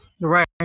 Right